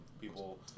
people